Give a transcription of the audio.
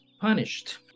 punished